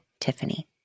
Tiffany